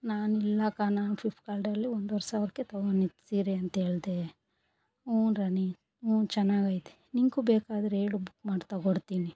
ನಾನು ಇಲ್ಲ ಅಕ್ಕ ನಾನು ಫಿಪ್ಕಾರ್ಟ್ ಅಲ್ಲಿ ಒಂದ್ವರೆ ಸಾವಿರಕ್ಕೆ ತಗೊಂಡಿದ್ದ ಸೀರೆ ಅಂತ ಹೇಳಿದೆ ಹ್ಞೂ ರಾಣಿ ಹ್ಞೂ ಚೆನ್ನಾಗೈತೆ ನಿನಗೂ ಬೇಕಾದರೆ ಹೇಳು ಬುಕ್ ಮಾಡಿ ತಗೊಡ್ತೀನಿ